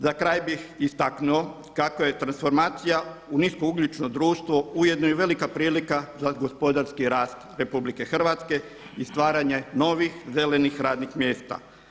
Za kraj bih istaknuo kako je transformacija u nisko ugljično društvo ujedno i velika prilika za gospodarski rast RH i stvaranje novih zelenih radnih mjesta.